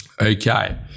Okay